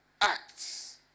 acts